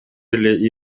эле